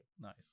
nice